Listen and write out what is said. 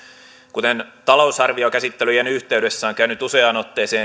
kuten talousarviokäsittelyjen yhteydessä on käynyt useaan otteeseen